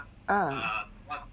ah